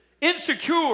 insecure